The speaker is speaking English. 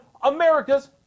America's